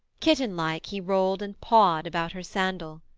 kittenlike he rolled and pawed about her sandal.